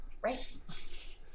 Right